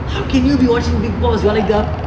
how can you be watching big boss you are like the